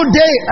day